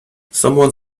someone